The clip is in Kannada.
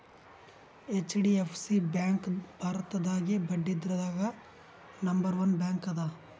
ಹೆಚ್.ಡಿ.ಎಫ್.ಸಿ ಬ್ಯಾಂಕ್ ಭಾರತದಾಗೇ ಬಡ್ಡಿದ್ರದಾಗ್ ನಂಬರ್ ಒನ್ ಬ್ಯಾಂಕ್ ಅದ